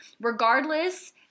regardless